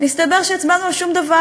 מסתבר שהצבענו על שום דבר.